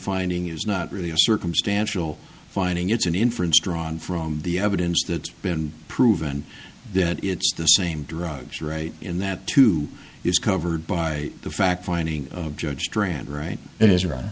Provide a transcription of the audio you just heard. finding is not really a circumstantial finding it's an inference drawn from the evidence that's been proven that it's the same drugs right in that two is covered by the fact finding judge jury and right i